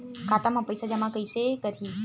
खाता म पईसा जमा कइसे करही?